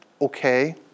okay